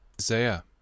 Isaiah